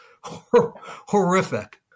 horrific